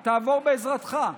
היא תעבור בעזרתך.